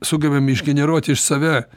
sugebam išgeneruot iš save